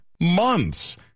months